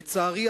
לצערי,